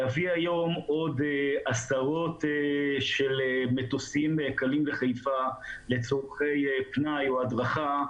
להביא היום עוד עשרות מטוסים קלים לחיפה לצורכי פנאי או הדרכה,